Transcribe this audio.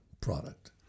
product